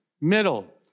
Middle